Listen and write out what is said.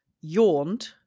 yawned